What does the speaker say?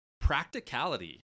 Practicality